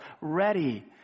ready